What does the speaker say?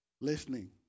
listening